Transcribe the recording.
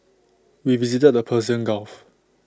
we visited the Persian gulf